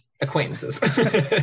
acquaintances